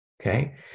okay